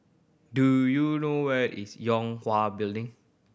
do you know where is Yue Hwa Building